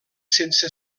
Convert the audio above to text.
sense